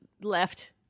left